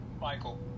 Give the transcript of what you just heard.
Michael